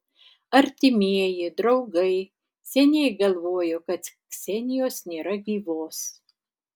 artimieji draugai seniai galvojo kad ksenijos nėra gyvos